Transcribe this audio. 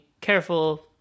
careful